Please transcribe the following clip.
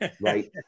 Right